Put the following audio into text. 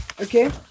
okay